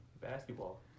basketball